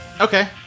Okay